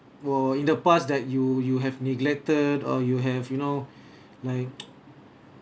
well in the past that you you have neglected or you have you know like